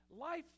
life